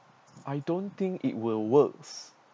I don't think it will works